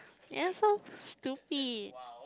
yes orh stupid